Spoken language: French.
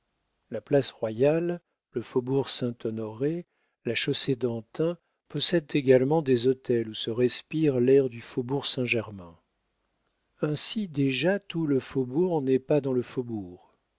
la place royale le faubourg saint-honoré la chaussée-d'antin possèdent également des hôtels où se respire l'air du faubourg saint-germain ainsi déjà tout le faubourg n'est pas dans le faubourg